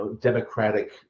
democratic